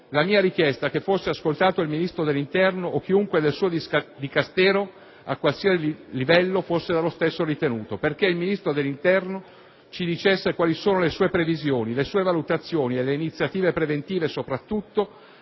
la mia richiesta che fosse ascoltato il Ministro dell'Interno o chiunque del suo Dicastero, a qualsiasi livello, fosse dallo stesso ritenuto, perché il Ministro dell'Interno ci dicesse quali sono le sue previsioni, le sue valutazioni e le iniziative preventive, soprattutto,